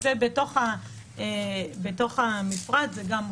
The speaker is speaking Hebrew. ובתוך המפרט זה גם מופיע.